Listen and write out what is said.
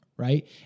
Right